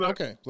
Okay